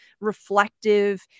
reflective